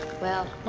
well,